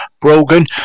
Brogan